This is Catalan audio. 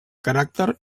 caràcter